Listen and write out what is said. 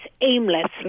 aimlessly